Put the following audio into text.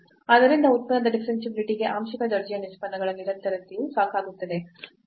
ಆದ್ದರಿಂದ ಉತ್ಪನ್ನದ ಡಿಫರೆನ್ಷಿಯಾಬಿಲಿಟಿ ಗೆ ಆಂಶಿಕ ದರ್ಜೆಯ ನಿಷ್ಪನ್ನಗಳ ನಿರಂತರತೆಯು ಸಾಕಾಗುತ್ತದೆ